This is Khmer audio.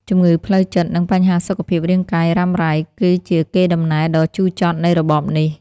ជំងឺផ្លូវចិត្ត និងបញ្ហាសុខភាពរាងកាយរ៉ាំរ៉ៃ គឺជាកេរដំណែលដ៏ជូរចត់នៃរបបនេះ។